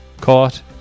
caught